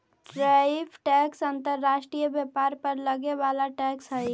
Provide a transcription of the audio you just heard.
tariff tax अंतर्राष्ट्रीय व्यापार पर लगे वाला टैक्स हई